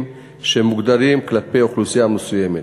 שמוגדרים כלפי אוכלוסייה מסוימת.